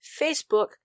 facebook